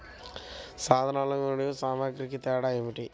సాధనాలు మరియు సామాగ్రికి తేడా ఏమిటి?